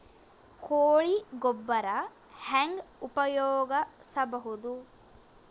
ಕೊಳಿ ಗೊಬ್ಬರ ಹೆಂಗ್ ಉಪಯೋಗಸಬಹುದು?